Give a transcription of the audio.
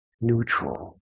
neutral